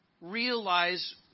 realize